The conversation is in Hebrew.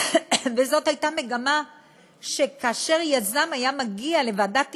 זו הייתה מגמה שכאשר יזם היה מגיע לוועדת תכנון,